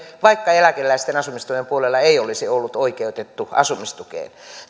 vaikka eläkeläisten asumistuen puolella ei olisi ollut oikeutettu asumistukeen